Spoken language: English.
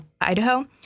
Idaho